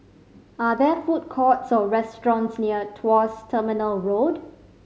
are there food courts or restaurants near Tuas Terminal Road